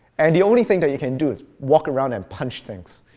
and the only thing that you can do is walk around and punch things.